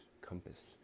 compass